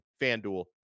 FanDuel